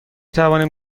توانیم